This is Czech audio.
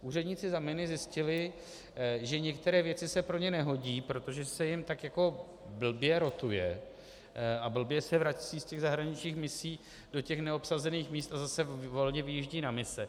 Úředníci zamini zjistili, že některé věci se pro ně nehodí, protože se jim tak jako blbě rotuje a blbě se vrací z těch zahraničních misí do těch neobsazených míst a zase volně vyjíždí na mise.